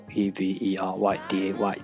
everyday